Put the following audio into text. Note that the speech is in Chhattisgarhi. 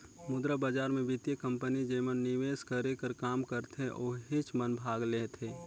मुद्रा बजार मे बित्तीय कंपनी जेमन निवेस करे कर काम करथे ओहिच मन भाग लेथें